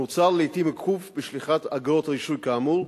נוצר לעתים עיכוב בשליחת אגרות הרישוי כאמור,